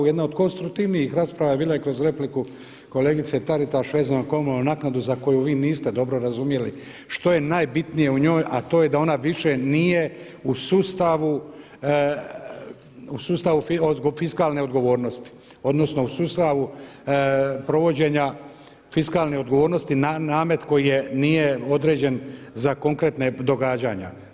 Jedna od konstruktivnijih rasprava bila je kroz repliku, kolegice Taritaš vezano za komunalnu naknadu za koju vi niste dobro razumjeli što je najbitnije u njoj a to je da ona više nije u sustavu fiskalne odgovornosti, odnosno u sustavu provođenja fiskalne odgovornosti, namet koji nije određen za konkretna događanja.